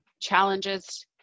challenges